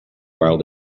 while